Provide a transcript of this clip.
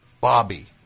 Bobby